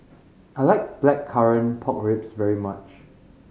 I like Blackcurrant Pork Ribs very much